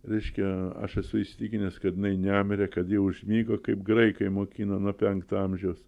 reiškia aš esu įsitikinęs kad jinai nemirė kad ji užmigo kaip graikai mokino nuo penkto amžiaus